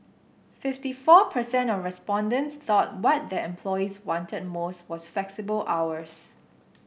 fifty four percent of respondents thought what their employees wanted most was flexible hours